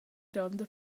gronda